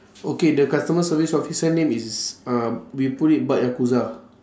okay the customer service officer name is uh we put it bak yakuza